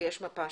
ויש כמובן מפה